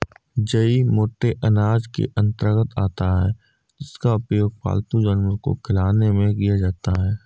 जई मोटे अनाज के अंतर्गत आता है जिसका उपयोग पालतू जानवर को खिलाने में किया जाता है